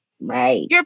Right